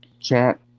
chat